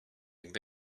gdyby